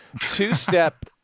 Two-Step